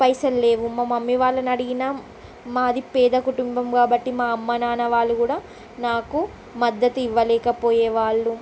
పైసలు లేవు మా మమ్మీ వాళ్ళని అడిగిన మాది పేద కుటుంబం కాబట్టి మా అమ్మా నాన్న వాళ్ళు కూడా నాకు మద్దతు ఇవ్వలేక పోయేవాళ్ళు